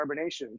carbonation